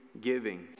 giving